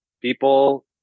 people